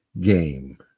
game